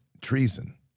treason